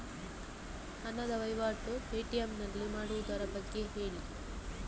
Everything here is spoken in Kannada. ಹಣದ ವಹಿವಾಟು ಪೇ.ಟಿ.ಎಂ ನಲ್ಲಿ ಮಾಡುವುದರ ಬಗ್ಗೆ ಹೇಳಿ